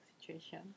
situation